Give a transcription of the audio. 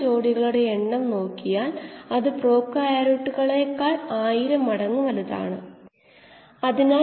സാധാരണയായി ഈ രണ്ട് സ്ട്രീമുകൾക്കിടയിൽ വ്യത്യാസമുണ്ടാകില്ല